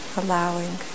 allowing